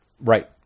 Right